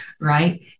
right